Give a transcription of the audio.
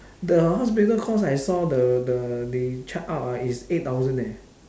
the hospital cost I saw the the they check out ah it's eight thousand eh